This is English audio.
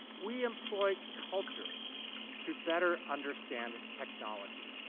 we employ culture to better understand technology.